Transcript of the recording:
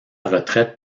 retraite